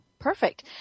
Perfect